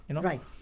Right